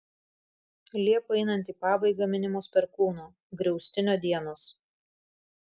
liepai einant į pabaigą minimos perkūno griaustinio dienos